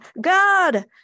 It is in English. God